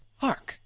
hark,